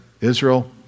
Israel